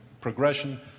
progression